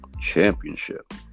Championship